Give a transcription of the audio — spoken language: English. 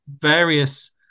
various